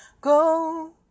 Go